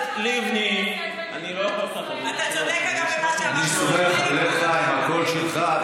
אני אומר לך, זו לא החברה שלה פיללנו, אנחנו.